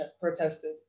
protested